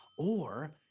or.